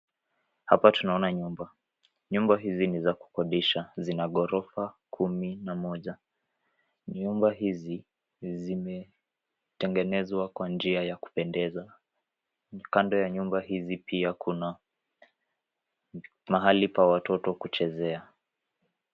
Hapa tunaona nyumba. Nyumba hizi ni za kukodisha. Zina ghorofa kumi na moja. Nyumba hizi, zimetengenezwa kwa njia ya kupendeza. Kando ya nyumba hizi pia kuna mahali pa watoto kuchezea.